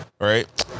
Right